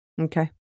Okay